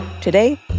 Today